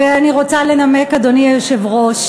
ואני רוצה לנמק, אדוני היושב-ראש.